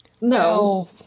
No